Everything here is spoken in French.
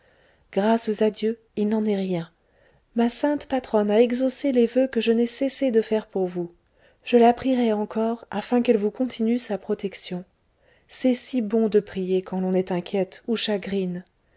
grâces à dieu il n'en est rien ma sainte patronne a exaucé les voeux que je n'ai cessé de faire pour vous je la prierai encore afin qu'elle vous continue sa protection c'est si bon de prier quand l'on est inquiète ou chagrine